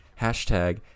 hashtag